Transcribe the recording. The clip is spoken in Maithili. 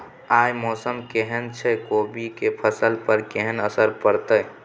आय मौसम केहन छै कोबी के फसल पर केहन असर परतै?